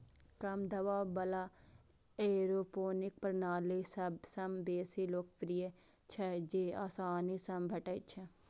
कम दबाव बला एयरोपोनिक प्रणाली सबसं बेसी लोकप्रिय छै, जेआसानी सं भेटै छै